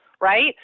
Right